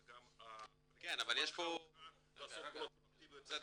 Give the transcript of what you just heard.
אלא גם ה- -- לעשות פרו אקטיבה --- הבנתי.